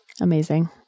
amazing